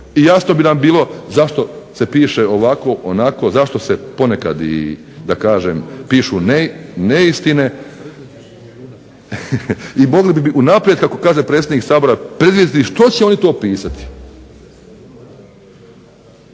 I jasno bi nam bilo zašto se piše ovako, onako, zašto se ponekad i pišu neistine i mogli bi unaprijed kako kaže predsjednik Sabora predvidjeti što će oni to pisati.